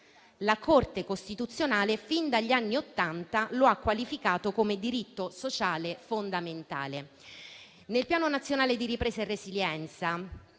la Corte costituzionale fin dagli anni Ottanta lo ha qualificato come diritto sociale fondamentale. Nel Piano nazionale di ripresa e resilienza